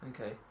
Okay